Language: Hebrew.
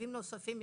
תקציבים נוספים,